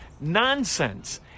Nonsense